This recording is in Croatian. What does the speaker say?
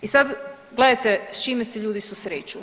I sad gledajte s čime se ljudi susreću.